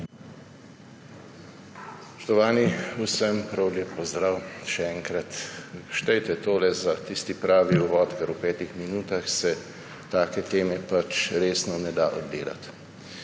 Spoštovani, vsem prav lep pozdrav še enkrat! Štejte tole za tisti pravi uvod, ker v petih minutah se take teme pač resno ne da obdelati.